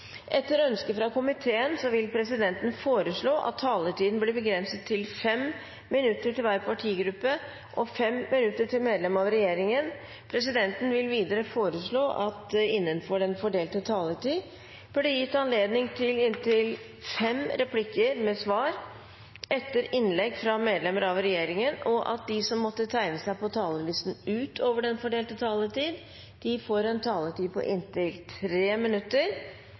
Etter ønske fra kommunal- og forvaltningskomiteen vil presidenten foreslå at taletiden blir begrenset til 5 minutter til hver partigruppe og 5 minutter til medlemmer av regjeringen. Presidenten vil videre foreslå at det – innenfor den fordelte taletid – blir gitt anledning til inntil fem replikker med svar etter innlegg fra medlemmer av regjeringen, og at de som måtte tegne seg på talerlisten utover den fordelte taletid, får en taletid på inntil 3 minutter.